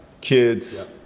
kids